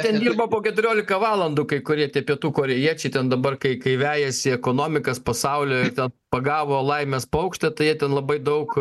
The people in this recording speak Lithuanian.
ten dirba po keturioliką valandų kai kurie tie pietų korėjiečiai ten dabar kai kai vejasi ekonomikas pasaulio jau ten pagavo laimės paukštę tai jie ten labai daug